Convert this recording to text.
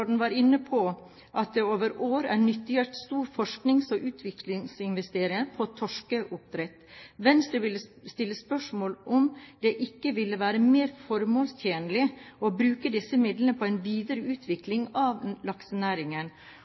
var inne på at det over år er nyttiggjort store forsknings- og utviklingsinvesteringer på torskeoppdrett. Venstre vil stille spørsmål om det ikke ville være mer formålstjenlig å bruke disse midlene på en videre utvikling av